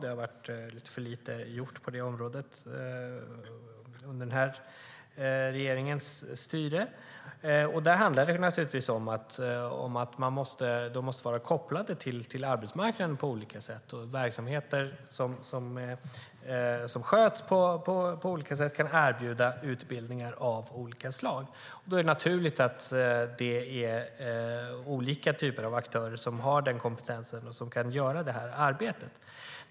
Det har gjorts lite för lite på det området under den här regeringens styre. Det handlar naturligtvis om att de måste vara kopplade till arbetsmarknaden och att verksamheter som sköts på olika sätt kan erbjuda utbildningar av olika slag. Då är det naturligt att det är olika typer av aktörer som har den kompetensen och som kan göra det här arbetet.